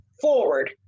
forward